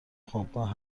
خوابگاه